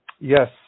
Yes